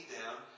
down